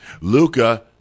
Luca